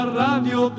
radio